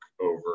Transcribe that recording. over